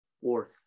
Fourth